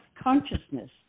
consciousness